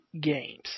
games